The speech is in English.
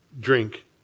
drink